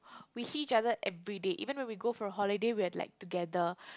we see each other everyday even when we go for a holiday we are like together